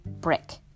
brick